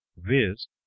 viz